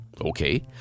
Okay